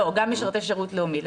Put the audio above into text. לא, גם משרתי שירות לאומי.